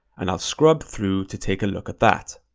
and i'll scrub through to take a look at that.